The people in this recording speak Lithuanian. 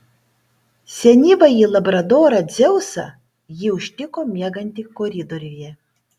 senyvąjį labradorą dzeusą ji užtiko miegantį koridoriuje